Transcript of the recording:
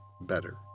better